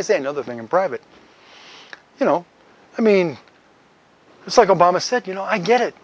eyes and other thing in private you know i mean it's like obama said you know i get it